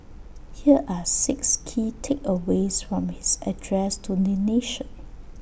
here are six key takeaways from his address to the nation